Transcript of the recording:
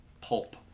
pulp